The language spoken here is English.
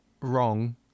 wrong